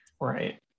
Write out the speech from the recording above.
right